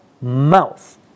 mouth